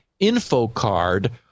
InfoCard